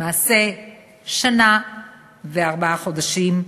למעשה שנה וארבעה חודשים,